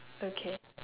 okay